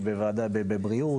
בבריאות?